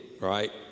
right